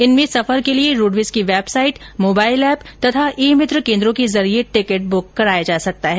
इनमें सफर के लिए रोडवेज की वेबसाईट मोबाईल एप तथा ई मित्र केन्द्रों के जरिये टिकिट बुक कराया जा सकता है